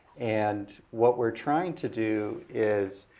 and what we're trying to do is